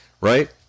right